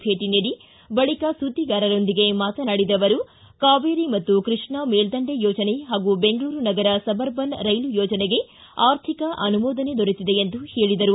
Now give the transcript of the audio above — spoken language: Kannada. ಭೇಟ ನೀಡಿ ಬಳಿಕ ಸುದ್ದಿಗಾರರೊಂದಿಗೆ ಮಾತನಾಡಿದ ಅವರು ಕಾವೇರಿ ಮತ್ತು ಕೃಷ್ಣ ಮೇಲ್ದಂಡೆ ಯೋಜನೆ ಹಾಗೂ ಬೆಂಗಳೂರು ನಗರ ಸಬ್ಅರ್ಬನ್ ರೈಲು ಯೋಜನೆಗೆ ಆರ್ಥಿಕ ಅನುಮೋದನೆ ದೊರೆತಿದೆ ಎಂದರು